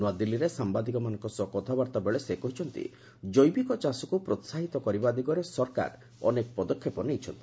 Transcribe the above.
ନୂଆଦିଲ୍ଲୀରେ ସାମ୍ବାଦିକମାନଙ୍କ ସହ କଥାବାର୍ତ୍ତା ବେଳେ ସେ କହିଛନ୍ତି ଜୈବିକ ଚାଷକୁ ପ୍ରୋହାହିତ କରିବା ଦିଗରେ ସରକାର ଅନେକ ପଦକ୍ଷେପ ନେଇଛନ୍ତି